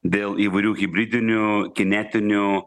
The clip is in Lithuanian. dėl įvairių hibridinių kinetinių